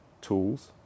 tools